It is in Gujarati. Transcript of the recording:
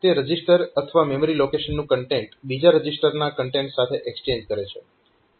તે રજીસ્ટર અથવા મેમરી લોકેશનનું કન્ટેન્ટ બીજા રજીસ્ટરના કન્ટેન્ટ સાથે એક્સચેન્જ કરે છે